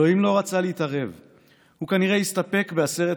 אלוהים לא רצה להתערב / הוא כנראה הסתפק בעשרת